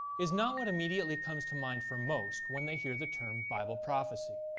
is not what immediately comes to mind for most when they hear the term bible prophecy.